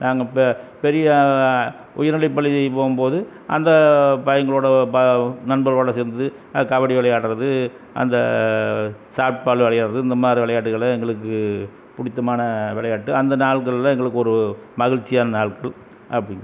நாங்கள் பெ பெரிய உயர்நிலைப்பள்ளி போகும்போது அந்த பையங்களோடு ப நண்பர்களோடு சேர்ந்து கபடி விளையாடுறது அந்த சாட் பால் விளையாடுறது இந்த மாதிரி விளையாட்டுகள எங்களுக்கு பிடித்தமான விளையாட்டு அந்த நாள்களில் எங்களுக்கு ஒரு மகிழ்ச்சியான நாட்கள் அப்படி